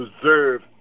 preserve